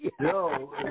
No